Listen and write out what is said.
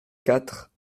quatre